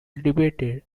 debated